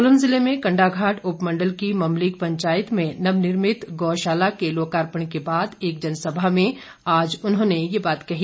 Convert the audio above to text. सोलन जिले में कण्डाघाट उपमंडल की ममलीग पंचायत में नवनिर्मित गौशाला के लोकार्पण के बाद एक जनसभा में आज उन्होंने ये बात कही